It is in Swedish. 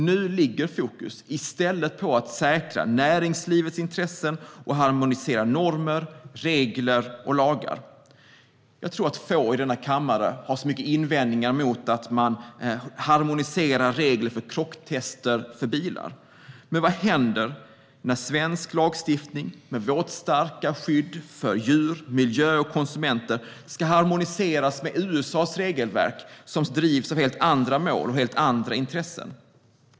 Nu ligger fokus i stället på att säkra näringslivets intressen och harmonisera normer, regler och lagar. Jag tror att få i denna kammare har invändningar mot att man harmoniserar regler för krocktester för bilar. Men vad händer när svensk lagstiftning, med vårt starka skydd för djur, miljö och konsumenter, ska harmoniseras med USA:s regelverk - som drivs av helt andra mål och intressen?